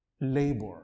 labor